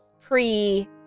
pre